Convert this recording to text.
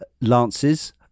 lances